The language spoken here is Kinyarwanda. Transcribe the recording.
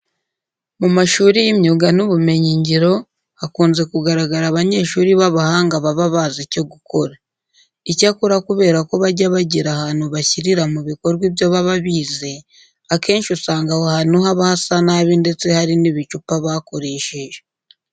Mu mashuri y'imyuga n'ubumenyingiro hakunze kugaragara abanyeshuri b'abahanga baba bazi icyo gukora. Icyakora kubera ko bajya bagira ahantu bashyirira mu bikorwa ibyo baba bize, akenshi usanga aho hantu haba hasa nabi ndetse hari n'ibicupa bakoresheje.